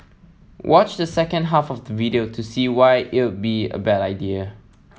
watch the second half of the video to see why it'll be a bad idea